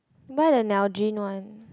buy the Nalgene one